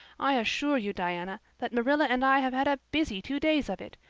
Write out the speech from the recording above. i assure you, diana, that marilla and i have had a busy two days of it.